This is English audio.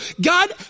God